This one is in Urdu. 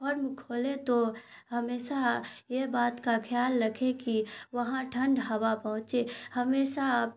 فرم کھولیں تو ہمیشہ یہ بات کا خیال رکھیں کہ وہاں ٹھنڈ ہوا پہنچے ہمیشہ